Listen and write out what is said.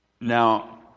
Now